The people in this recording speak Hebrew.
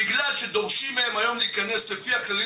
בגלל שדורשים מהם היום להיכנס לפי הכללים